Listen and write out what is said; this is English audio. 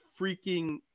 freaking